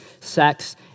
sex